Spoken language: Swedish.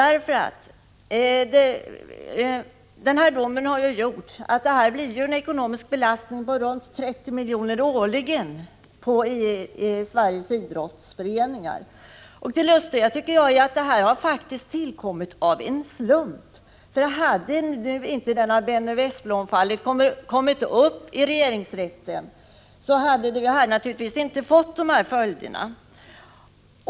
Det blir en ekonomisk belastning på runt 30 miljoner årligen på Sveriges idrottsföreningar. Detta har faktiskt uppkommit av en slump. Hade inte Benny Westblom-fallet kommit upp i regeringsrätten, hade det naturligtvis inte blivit dessa följder.